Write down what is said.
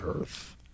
earth